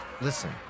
Listen